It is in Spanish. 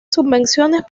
subvenciones